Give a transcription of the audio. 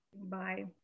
Bye